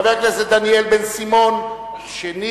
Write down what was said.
חבר הכנסת דניאל בן-סימון שני,